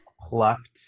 plucked